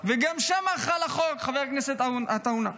וגם שם חל החוק, חבר הכנסת עטאונה.